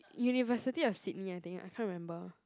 university of Sydney I think I can't remember